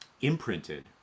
imprinted